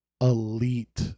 elite